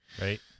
Right